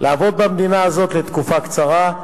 לעבוד במדינה זו תקופה קצרה.